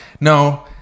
no